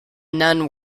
none